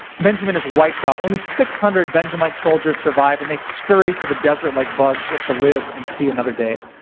benjamin is wiped out only six hundred benjamite soldiers survive and they scurry to the desert like bugs just to live and see another day.